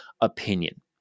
opinion